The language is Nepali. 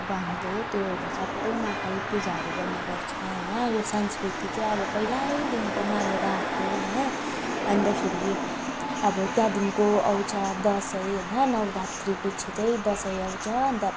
अब हामीले त्योहरू सबै नखाई पूजाहरू गर्ने गर्छ होइन यो सांस्कृति चाहिँ अब पहिल्यैदेखिको मानेर आएको होइन अन्तखेरि अब त्यहाँदेखिको आउँछ दसैँ होइन नवरात्री पछि चाहिँ दसैँ आउँछ अन्त